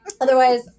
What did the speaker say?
Otherwise